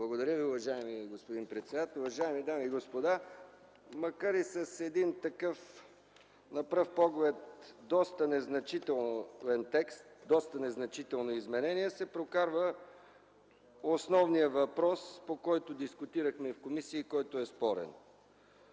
Благодаря Ви, уважаеми господин председател. Уважаеми дами и господа, макар и с едно такова, на пръв поглед, доста незначително изменение се прокарва основният въпрос, по който дискутирахме и в комисията, и който е спорен.